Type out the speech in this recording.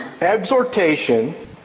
exhortation